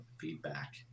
feedback